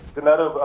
danetta,